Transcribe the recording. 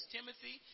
Timothy